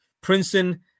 Princeton